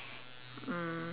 mm